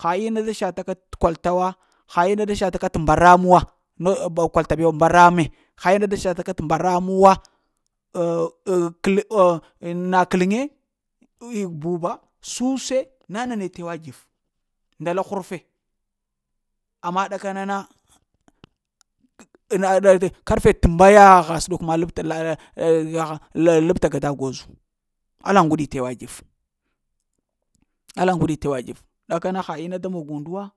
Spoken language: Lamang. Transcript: ha ina da shata ka t’ kwalta wa, ha ina da shafaka t'mbaram wa now ba kwalta bew mbrame. ha ina da shafaka t’ mbaramuwa oh-oh i-oh na kəlŋi, buba shuse na nane te wa t've nda lu ghurfe. Amma ɗakana na na de-ɗe karfe t'mbaya gha səɗok ma labta ah le ah labta ka da gozu, alla ŋguɗi te wa t've. Ala ŋguɗi te wa t;ve, ɗaka na gha ina da mag und wa.